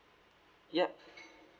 yup